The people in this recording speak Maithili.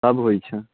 सभ होइत छै